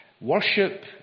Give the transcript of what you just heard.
Worship